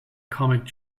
comic